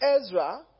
Ezra